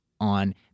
on